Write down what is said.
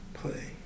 play